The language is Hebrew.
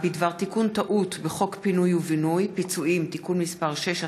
הצעה בדבר תיקון טעות בחוק פינוי ובינוי (פיצויים) (תיקון מס' 6),